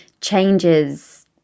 changes